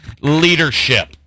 leadership